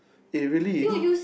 eh really you know